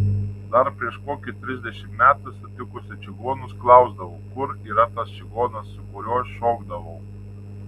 dar prieš kokį trisdešimt metų sutikusi čigonus klausdavau kur yra tas čigonas su kuriuo šokdavau